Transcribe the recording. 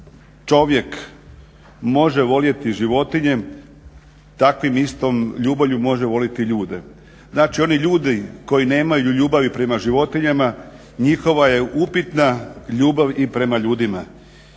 čovjek može voljeti životinje takvom istom ljubavlju može voljeti ljude. Znači, oni ljudi koji nemaju ljubavi prema životinjama njihova je upitna ljubav i prema ljudima.